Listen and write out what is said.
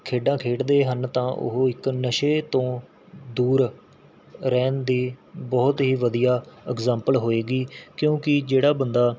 ਖੇਡਾਂ ਖੇਡਦੇ ਹਨ ਤਾਂ ਉਹ ਇੱਕ ਨਸ਼ੇ ਤੋਂ ਦੂਰ ਰਹਿਣ ਦੇ ਬਹੁਤ ਹੀ ਵਧੀਆ ਐਗਜ਼ਾਂਪਲ ਹੋਵੇਗੀ ਕਿਉਂਕਿ ਜਿਹੜਾ ਬੰਦਾ